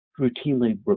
routinely